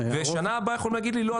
ושנה הבאה יכולים להגיד לי 'לא,